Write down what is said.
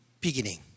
beginning